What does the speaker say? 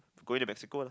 going to Mexico lah